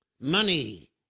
money